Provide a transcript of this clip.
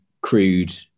crude